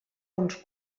uns